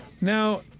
Now